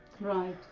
Right